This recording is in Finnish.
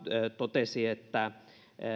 totesi